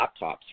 laptops